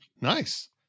Nice